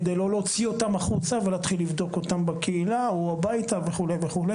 כדי לא להוציא אותם החוצה ולהתחיל לבדוק אותם בקהילה או הביתה וכו'.